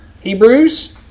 Hebrews